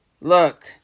Look